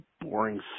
boring